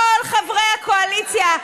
כל חברי הקואליציה,